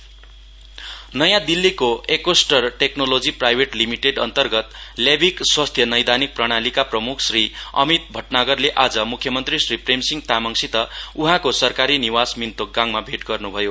Shri Amit Bhatnagar call on CM नयाँ दिल्लीको एकोस्टर टेक्नोलोजि प्राइवेट लिमिटेड अन्तर्गत ल्याविक स्वास्थ्य नैपानिक प्रणालीका प्रम्ख श्री अमित भटनागरले आज म्ख्यमन्त्री श्री प्रेमसिंह तामाङसित उहाँको सरकारी निवास मिन्तोकगाङमा भैट गर्न् भयो